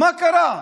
מה קרה?